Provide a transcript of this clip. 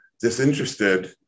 disinterested